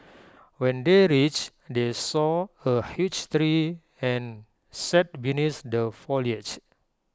when they reached they saw A huge tree and sat beneath the foliage